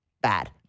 Bad